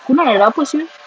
funan ada apa [siol]